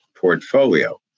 portfolio